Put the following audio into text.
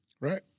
Right